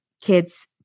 kids